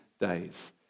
days